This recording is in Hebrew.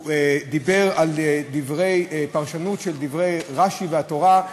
הוא דיבר על פרשנות של דברי רש"י והתורה.